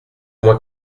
moi